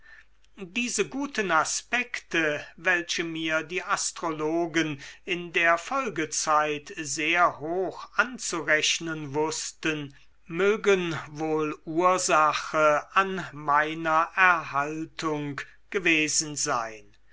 diese guten aspekten welche mir die astrologen in der folgezeit sehr hoch anzurechnen wußten mögen wohl ursache an meiner erhaltung gewesen sein